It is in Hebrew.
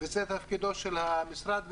וזה תפקידו של המשרד,